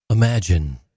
Imagine